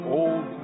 old